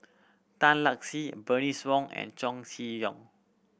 Tan Lark Sye Bernice Wong and Chow Chee Yong